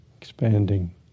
expanding